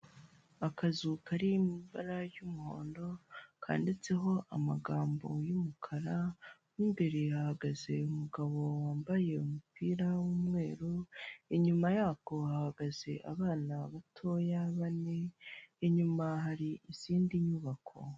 Akazu kari mu ibara ry'umuhondo kanditseho amagambo y'umukara, mo imbere hahagaze umugabo wambaye umupira w'umweru inyuma yako hahagaze abana batoya bane, inyuma hari izindi nyubako.